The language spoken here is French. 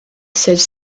celles